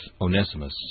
Onesimus